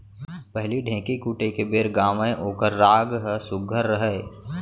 पहिली ढ़ेंकी कूटे के बेर गावयँ ओकर राग ह सुग्घर रहय